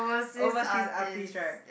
overseas artist right